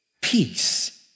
peace